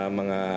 mga